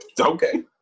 okay